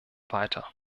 weiter